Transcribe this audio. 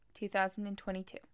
2022